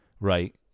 right